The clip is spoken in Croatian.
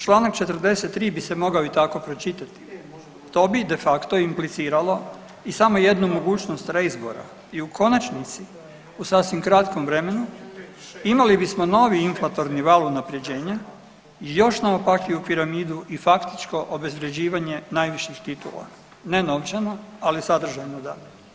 Čl. 43. bi se mogao i tako pročitati, to bi de facto impliciralo i samo jednu mogućnost reizbora i u konačnici u sasvim kratkom vremenu imali bismo novi inflatorni val unaprjeđenja i još naopakiju piramidu i faktičko obezvrjeđivanje najviših titula, ne novčano, ali sadržajno da.